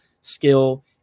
skill